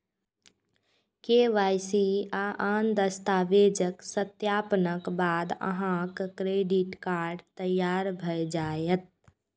KYC आ आन दस्तावेजक सत्यापनक बाद अहांक क्रेडिट कार्ड तैयार भए जायत